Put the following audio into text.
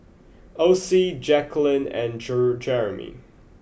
Ossie Jaquelin and Jer Jeramie